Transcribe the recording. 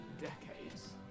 decades